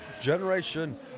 generation